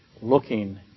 looking